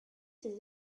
ses